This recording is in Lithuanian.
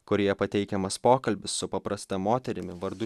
kurioje pateikiamas pokalbis su paprasta moterimi vardu